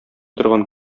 торган